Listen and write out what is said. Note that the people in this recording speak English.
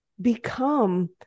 become